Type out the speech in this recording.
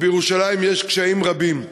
ובירושלים יש קשיים רבים.